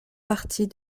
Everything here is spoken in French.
partie